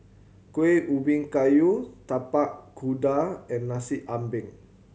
Kueh Ubi Kayu Tapak Kuda and Nasi Ambeng